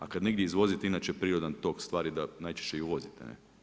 A kada negdje izvozite inače prirodan tok stvari da najčešće i uvozite.